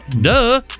Duh